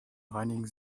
reinigen